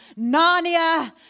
Narnia